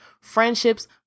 friendships